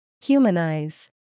Humanize